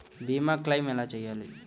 భీమ క్లెయిం ఎలా చేయాలి?